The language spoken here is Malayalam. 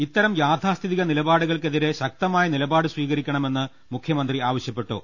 ഇത്തരം യാഥാസ്ഥിക നിലപാടുകൾക്കെതിരെ ശക്തമായ നിലപാട് സ്വീക രിക്കണ മെന്ന് മുഖ്യ മന്ത്രി ആവ ശ്യ ഉപ്പിട്ടു